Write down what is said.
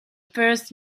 first